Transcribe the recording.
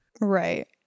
Right